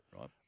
right